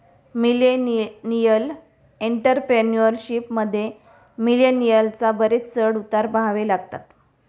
millennial entrepreneurship मध्ये, मिलेनियलना बरेच चढ उतार पहावे लागतात